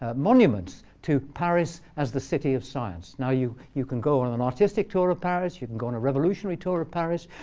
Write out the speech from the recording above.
ah monuments to paris as the city of science. now, you you can go on an artistic tour of paris. you can go on a revolutionary tour of paris.